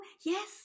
Yes